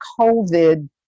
COVID